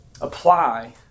apply